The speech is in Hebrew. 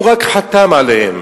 הוא רק חתם עליהם.